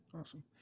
awesome